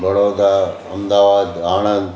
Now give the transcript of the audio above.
Baroda Ahmedabad